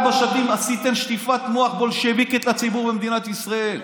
ארבע שנים עשיתם שטיפת מוח בולשביקית לציבור במדינת ישראל,